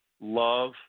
love